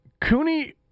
Cooney